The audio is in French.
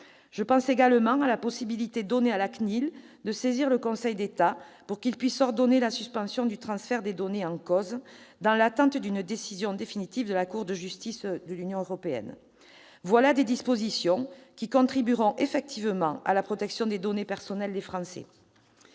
Je pense aussi à la possibilité donnée à la CNIL de saisir le Conseil d'État pour qu'il puisse ordonner la suspension du transfert des données en cause, dans l'attente d'une décision définitive de la Cour de justice de l'Union européenne. Ces dispositions contribueront effectivement à la protection des données personnelles des Français.